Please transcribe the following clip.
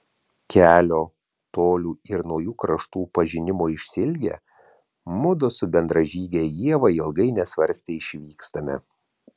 kelio tolių ir naujų kraštų pažinimo išsiilgę mudu su bendražyge ieva ilgai nesvarstę išvykstame